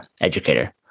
educator